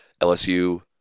LSU